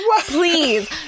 please